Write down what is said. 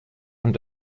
und